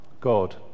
God